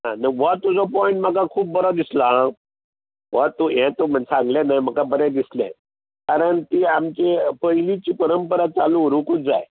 हो तुजो पॉयंट म्हाका खूब बरो दिसलो आं ओ तूं हें तूं सांगले न्हय म्हाका बरे दिसलें कारम ती आमची पयलींची परंपरा चालु उरूंकूच जाय